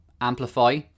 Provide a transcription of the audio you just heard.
amplify